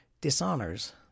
dishonors